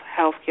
Healthcare